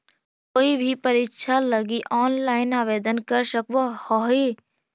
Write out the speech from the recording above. तु कोई भी परीक्षा लगी ऑनलाइन आवेदन कर सकव् हही